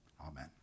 Amen